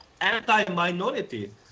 anti-minority